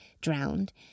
drowned